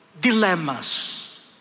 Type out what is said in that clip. dilemmas